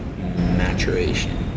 maturation